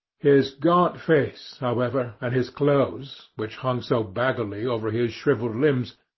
his gaunt face, however, and his clothes, which hung so baggily over his shrivelled limbs,